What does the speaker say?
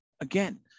again